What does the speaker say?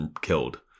killed